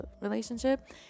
relationship